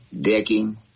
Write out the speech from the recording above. decking